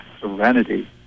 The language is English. serenity